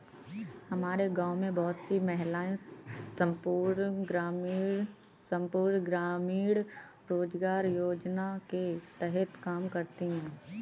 हमारे गांव में बहुत सी महिलाएं संपूर्ण ग्रामीण रोजगार योजना के तहत काम करती हैं